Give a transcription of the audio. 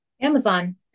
Amazon